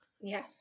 Yes